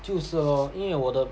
就是咯因为我的